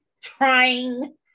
trying